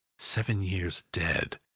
seven years dead,